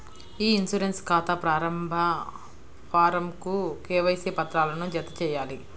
ఇ insurance ఖాతా ప్రారంభ ఫారమ్కు కేవైసీ పత్రాలను జతచేయాలి